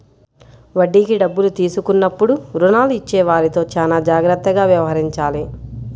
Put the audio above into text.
వడ్డీకి డబ్బులు తీసుకున్నప్పుడు రుణాలు ఇచ్చేవారితో చానా జాగ్రత్తగా వ్యవహరించాలి